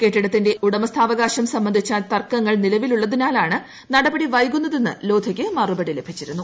കെട്ടിടത്തിന്റെ ഉടമസ്ഥാവകാശം സംബന്ധിച്ച തർക്കങ്ങൾ നിലവിലുളളതിനാൽ നടപടി വൈകുന്നതെന്ന് ലോധക്ക് മറുപടി ലഭിച്ചിരുന്നു